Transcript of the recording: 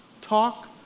Talk